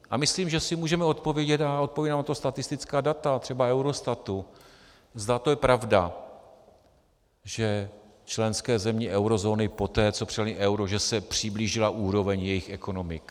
A myslím si, že si můžeme odpovědět, a odpovědí nám na to statistická data třeba Eurostatu, zda to je pravda, že členské země eurozóny poté, co přijaly euro, že se přiblížila úroveň jejich ekonomik.